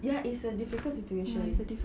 ya it's a difficult situation